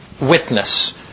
Witness